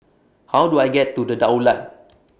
How Do I get to The Daulat